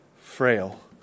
frail